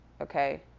Okay